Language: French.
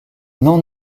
non